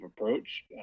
approach